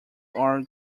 are